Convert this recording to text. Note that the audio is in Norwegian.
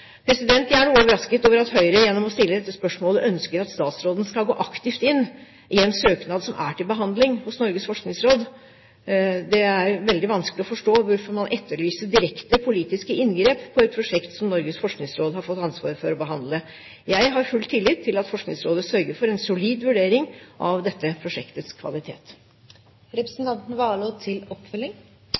Jeg er noe overrasket over at Høyre gjennom å stille dette spørsmålet ønsker at statsråden skal gå aktivt inn i en søknad som er til behandling hos Norges forskningsråd. Det er veldig vanskelig å forstå hvorfor man etterlyser direkte politiske inngrep i et prosjekt som Norges forskningsråd har fått ansvaret for å behandle. Jeg har full tillit til at Forskningsrådet sørger for en solid vurdering av dette prosjektets